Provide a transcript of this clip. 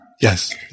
Yes